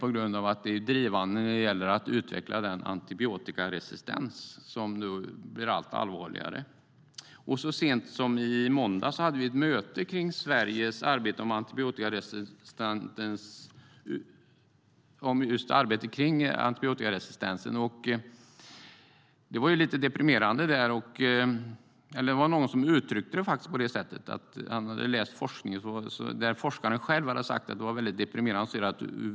Det är drivande när det gäller att utveckla antibiotikaresistens, som nu blir allt allvarligare. Så sent som i måndags hade vi ett möte om Sveriges arbete med antibiotikaresistens. Det var lite deprimerande. Det var någon som uttryckte det på det sättet. Han hade läst forskning där forskaren själv säger att det är deprimerande.